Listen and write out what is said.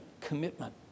commitment